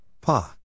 Pa